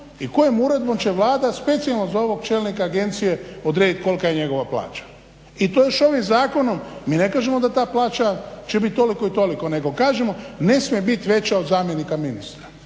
i kojom uredbom će Vlada specijalno za ovog čelnika agencije odrediti kolika je njegova plaća i to još ovim zakonom. Mi ne kažemo da ta plaća će biti toliko i toliko nego kažemo ne smije biti veća od zamjenika ministra.